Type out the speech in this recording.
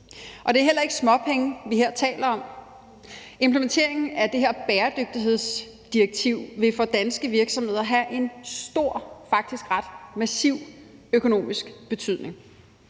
Det er heller ikke småpenge, vi her taler om. Implementeringen af det her bæredygtighedsdirektiv vil for danske virksomheder have en stor og faktisk ret massiv økonomisk betydning.